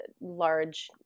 large